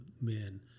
men